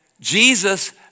Jesus